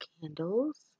candles